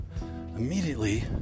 Immediately